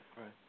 Right